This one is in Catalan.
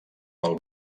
pel